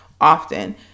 often